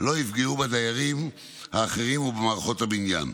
לא יפגעו בדיירים האחרים ובמערכות הבניין.